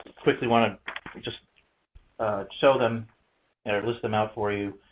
quickly want to just show them and or list them out for you.